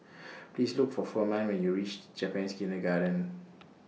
Please Look For Firman when YOU REACH Japanese Kindergarten